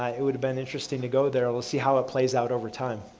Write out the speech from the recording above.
ah it would have been interesting to go there. let's see how it plays out over time.